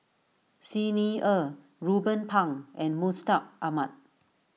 Xi Ni Er Ruben Pang and Mustaq Ahmad